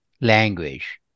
language